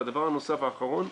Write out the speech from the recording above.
והדבר הנוסף והאחרון,